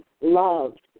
loved